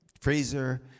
Fraser